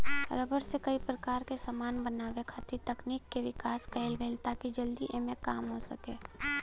rubber से कई प्रकार क समान बनावे खातिर तकनीक के विकास कईल गइल ताकि जल्दी एमे काम हो सके